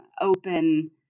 open